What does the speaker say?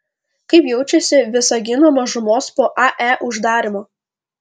kaip jaučiasi visagino mažumos po ae uždarymo